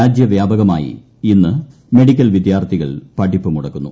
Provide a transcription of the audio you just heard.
രാജ്യവ്യാപകമായി ഇന്ന് മെഡിക്കൽ വിദ്യാർത്ഥികൾ പഠിപ്പുമുടക്കുന്നു